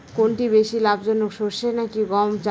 কোনটি বেশি লাভজনক সরষে নাকি গম চাষ?